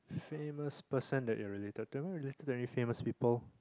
famous person that you are related to am I related to any famous people